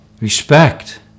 respect